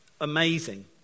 Amazing